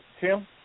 Tim